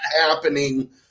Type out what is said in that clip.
happening